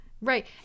Right